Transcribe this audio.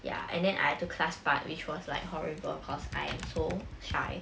ya and then I have to class part~ which was like horrible because I am so shy